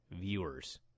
viewers